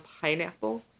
pineapples